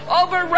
over